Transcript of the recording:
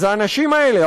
אז האנשים האלה,